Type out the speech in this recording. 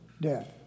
death